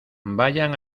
vayan